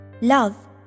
Love